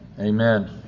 amen